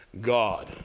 God